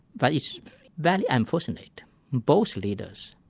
but it's very unfortunate both leaders,